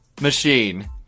Machine